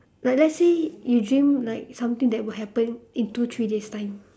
like let say you dream like something that will happen in two three days' time